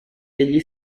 egli